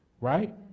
right